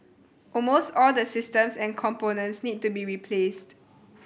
almost all the systems and components need to be replaced